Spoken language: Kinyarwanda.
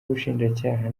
ubushinjacyaha